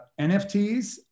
NFTs